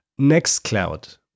Nextcloud